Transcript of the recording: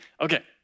Okay